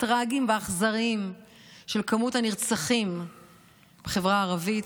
הטרגיים והאכזריים של כמות הנרצחים בחברה הערבית,